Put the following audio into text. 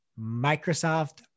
Microsoft